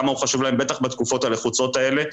בטח בתקופות הלחוצות האלה,